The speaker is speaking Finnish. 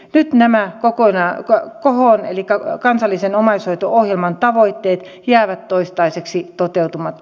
nyt nämä kohon eli kansallisen omaishoito ohjelman tavoitteet jäävät toistaiseksi toteutumatta